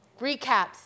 recaps